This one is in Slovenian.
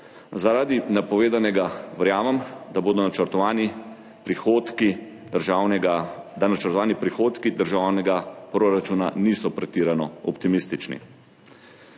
Zaradi napovedanega verjamem, da načrtovani prihodki državnega proračuna niso pretirano optimistični.